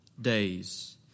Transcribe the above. days